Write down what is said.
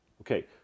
okay